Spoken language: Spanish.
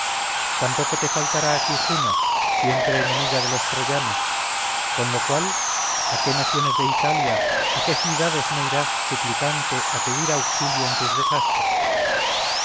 tampoco te faltará aquí juno siempre enemiga de los troyanos con lo cual a qué naciones de italia a qué ciudades no irás suplicante a pedir auxilio en tus desastres